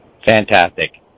Fantastic